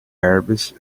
arabs